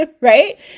right